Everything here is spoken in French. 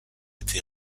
été